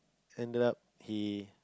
ended up he